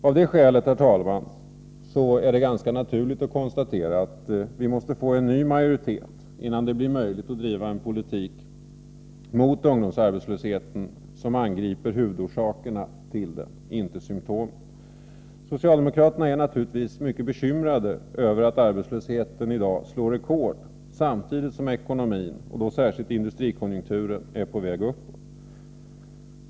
Av det skälet, herr talman, är det ganska naturligt att konstatera att vi måste få en ny majoritet innan det blir möjligt att driva en politik mot ungdomsarbetslösheten som angriper huvudorsakerna till den, inte symtomen. Socialdemokraterna är naturligtvis mycket bekymrade över att arbetslösheten i dag slår rekord samtidigt som ekonomin, och då särskilt industrikonjunkturen, är på väg uppåt.